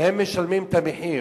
שמשלמים את המחיר.